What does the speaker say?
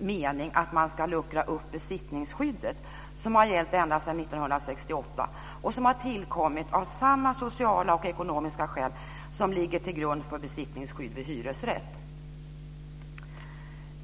mening att man ska luckra upp besittningsskyddet, som har gällt ända sedan 1968 och som har tillkommit av samma sociala och ekonomiska skäl som ligger till grund för besittningsskydd vid hyresrätt?